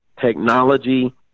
technology